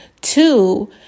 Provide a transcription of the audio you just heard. Two